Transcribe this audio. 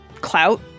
clout